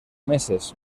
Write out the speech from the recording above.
meses